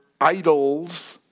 idols